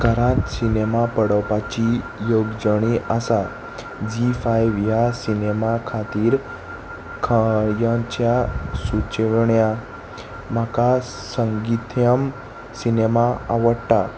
घरांत सिनेमा पळोवपाची येवजण आसा झी फायव ह्या सिनेमा खातीर खंयच्या सुचोवण्या म्हाका संगित्यम सिनेमा आवडटा